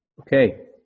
Okay